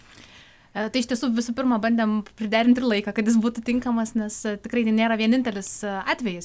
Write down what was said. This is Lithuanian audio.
iš tiesų visų pirma bandėm priderint ir laiką kad jis būtų tinkamas nes tikrai tai nėra vienintelis atvejis